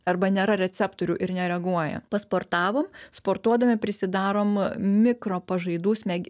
arba nėra receptorių ir nereaguoja pasportavom sportuodami prisidarom mikro pažaidų smeg